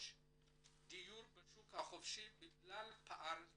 דיון בנושא שימור מורשת קהילות יהדות